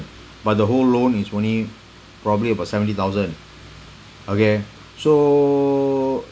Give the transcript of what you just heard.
but the whole loan is only probably about seventy thousand okay so